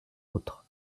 autres